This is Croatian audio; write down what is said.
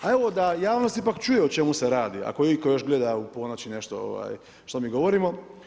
Ali evo da javnost ipak čuje o čemu se radi ako iko još gleda u ponoć i nešto što mi govorimo.